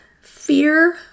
fear